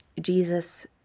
Jesus